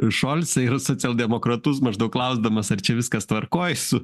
šolcai ir socialdemokratus maždaug klausdamas ar čia viskas tvarkoje su